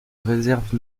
réserves